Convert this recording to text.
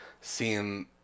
seeing